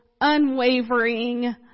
unwavering